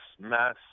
mass